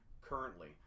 currently